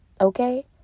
okay